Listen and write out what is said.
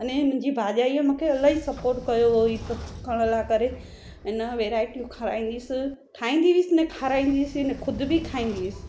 अने मुंहिंजी भाॼाई मूंखे इलाही सपोट कयो हुओ इहे सभु सिखण लाइ करे अञा वैराइटियू खाराईंदी हुअसि ठाहींदी हुअसि ने खाराईंदी हुअसि ने ख़ुदि बि खाईंदी हुअसि